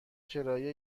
کرایه